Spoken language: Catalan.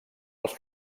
els